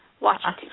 Washington